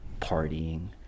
partying